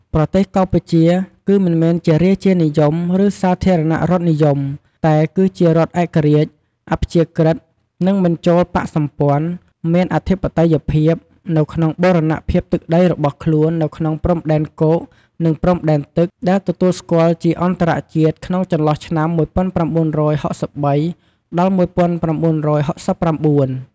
ប្រទេសកម្ពុជា គឺមិនមែនរាជានិយម ឬសាធារណរដ្ឋនិយម តែគឺជារដ្ឋឯករាជ្យ អព្យាក្រឹត និងមិនចូលបក្សសម្ព័ន្ធ មានអធិបតេយ្យភាពនៅក្នុងបូរណភាពទឹកដីរបស់ខ្លួននៅក្នុងព្រំដែនគោក និងព្រំដែនទឹក ដែលទទួលស្គាល់ជាអន្តរជាតិក្នុងចន្លោះឆ្នាំ១៩៦៣-១៩៦៩។